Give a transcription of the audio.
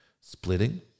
splitting